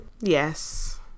Yes